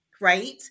Right